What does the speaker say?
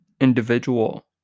individual